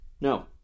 No